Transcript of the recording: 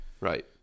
Right